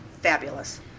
fabulous